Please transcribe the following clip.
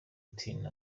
tiny